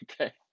okay